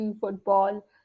football